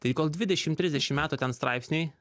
tai kol dvidešimt trisdešimt metų ten straipsniai